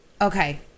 Okay